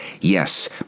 Yes